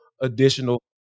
additional